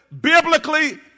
biblically